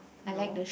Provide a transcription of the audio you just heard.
no